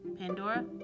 Pandora